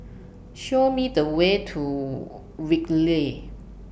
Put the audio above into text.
Show Me The Way to Whitley